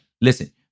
Listen